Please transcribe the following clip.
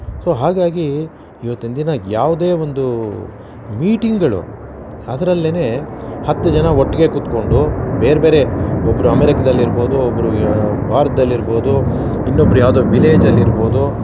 so ಹಾಗಾಗಿ ಇವತ್ತಿನ ದಿನ ಯಾವುದೇ ಒಂದು ಮೀಟಿಂಗ್ಗಳು ಅದರಲ್ಲೇ ಹತ್ತು ಜನ ಒಟ್ಟಿಗೆ ಕೂತ್ಕೊಂಡು ಬೇರೆಬೇರೆ ಒಬ್ಬರು ಅಮೇರಿಕ್ದಲ್ಲಿ ಇರ್ಬೋದು ಒಬ್ಬರು ಭಾರತ್ದಲ್ಲಿ ಇರ್ಬೋದು ಇನ್ನೊಬ್ಬರು ಯಾವುದೋ ವಿಲೇಜಲ್ಲಿ ಇರ್ಬೋದು